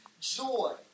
joy